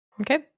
okay